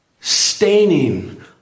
Staining